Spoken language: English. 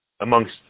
amongst